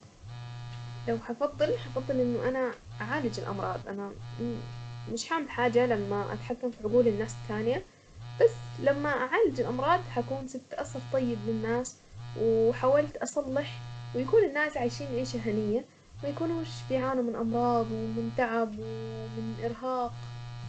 لو هفضل هفضل انه انا اعالج الامراض انا مش هعمل حاجة لما اتحكم في عقول الناس التانية بس لما اعالج الامراض هكون سبت اثر طيب للناس، وحاولت اصلح ويكون الناس عايشين عيشة هنية وميكونوش بيعانوا من امراض ومن تعب ومن ارهاق.